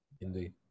Indeed